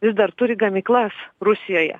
vis dar turi gamyklas rusijoje